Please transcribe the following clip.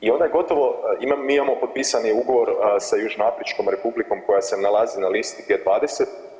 I onda je gotovi, mi imamo potpisani ugovor sa Južnoafričkom Republikom koja se nalazi na listi G20.